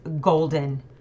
golden